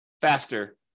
faster